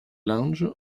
lange